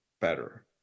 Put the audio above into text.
better